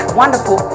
wonderful